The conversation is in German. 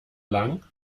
lang